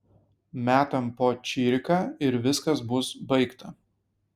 metam po čiriką ir viskas bus baigta